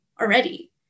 already